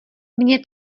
mně